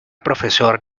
profesor